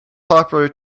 popular